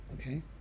Okay